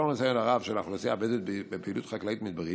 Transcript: ולאור הניסיון הרב של האוכלוסייה הבדואית בפעילות חקלאית מדברית,